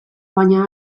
baina